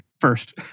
first